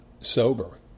sober